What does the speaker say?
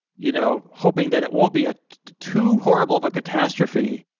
you know, hoping that it won't be ah too horrible of a catastrophe,